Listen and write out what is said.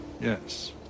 Yes